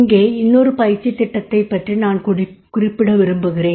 இங்கே இன்னொரு பயிற்சித் திட்டதைப் பற்றி நான் குறிப்பிட விரும்புகிறேன்